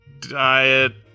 diet